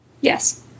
yes